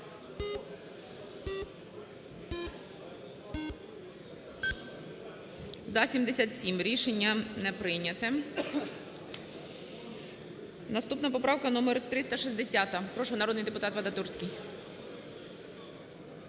За-77 Рішення не прийнято. Наступна поправка - номер 360. Прошу, народний депутатВадатурський.